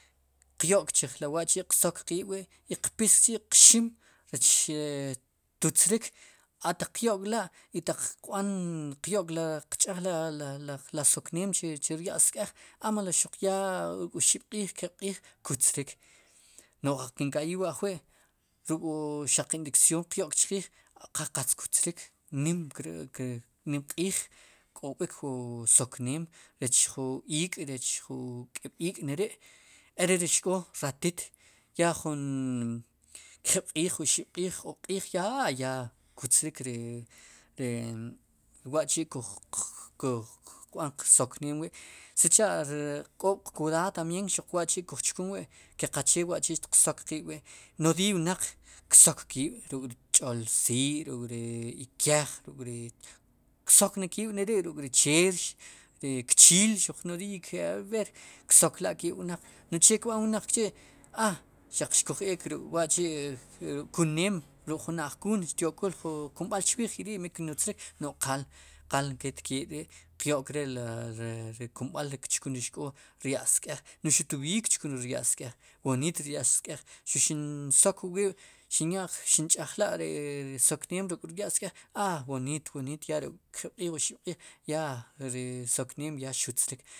Qyo'k chij la wa'tiq sok qiib' wi' i qpis chi' qxim rech tuzrik a taq qyo'k k'la' i taq qb'an qyo'k qch'aj li la la li zookneem chi chrya'l sk'ej a melo xuq yaa oxib' k'eeb' q'iij kutz rik no'j kinka'yij wa ajwi' ruk' wu xaq inyeccioon qyo'k chqiij qal qatz kutzrik nim nimq'iij kk'b'iik jun zookneem rech jun iik rech jun k'eeb'iik neri' ere ri xk'oo ratit ya jun oxib'q'iij kjib'q'iij a ya yakutzrik ri wa chi'kuj qkb'an qsokneem wi' sicha'xtk'oob qkwidadado tambien xuq wa'chi' kuj chkun wi' ke qache wa'chi' xti sook qiib'wi' nodiiy wnaq ksok kiib'ruk ri tch'ol sii' ruk' ri ikej ruk'ri ksokne kiib' neri ruk' ri cheerx ri kchiil nodiiy b'er ksok kiib' wnaq no'j che kb'an wnaq k'chi' a xaq xkuj eek ab'er wa'chi' ruk'kunneem ruk'jun ajkuun xtyo'kul jun kumb'al chwiij rii' mi kinutzrik qal qal ketnketri' qyo'k le le ri kulb'al ri kchuknik ri xk'oo sk'ej no'j xuq tadab'iiy kchkun ri rya'l sk'ej woniit ri rya'l sk'ej xin sook wa wiib' xin yaq xin ch'ajla ri sokneem ruk' ri ya' sk'ej a wonit, wonit oxib' kjib'q'iij ya ri sokneem ya xutzrik.